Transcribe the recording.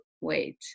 wait